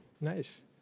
Nice